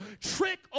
trick